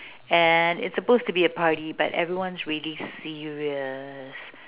and it's supposed to be a party but everyone is really serious